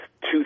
two